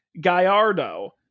Gallardo